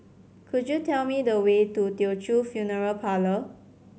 could you tell me the way to Teochew Funeral Parlour